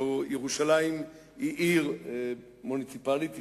והלוא ירושלים היא עיר מוניציפלית ישראלית: